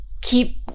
keep